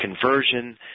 conversion